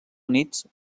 units